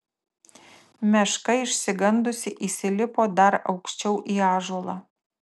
meška išsigandusi įsilipo dar aukščiau į ąžuolą